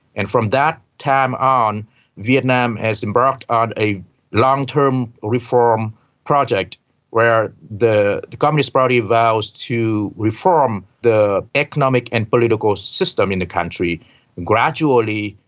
and from that time on vietnam has embarked on a long-term reform project where the communist party vows to reform the economic and political system in the country gradually,